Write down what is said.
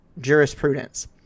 jurisprudence